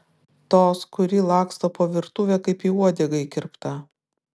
tos kuri laksto po virtuvę kaip į uodegą įkirpta